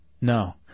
No